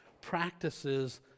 practices